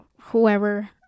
whoever